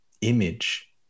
image